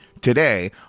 today